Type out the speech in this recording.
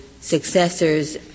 successors